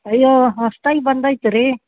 ಅಯ್ಯೋ ಹೊಸತಾಗಿ ಬಂದೈತೆ ರೀ